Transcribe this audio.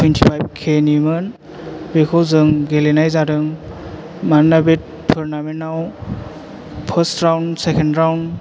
थुइनथिफाइब के नि मोन बेखौ जों गेलेनाय जादों मानोना बे थरनामेन्थाव फार्स राउन्द सेक्न्द राउन्द